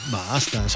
basta